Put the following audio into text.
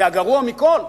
והגרוע מכול,